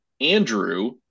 Andrew